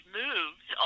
moves